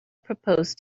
proposed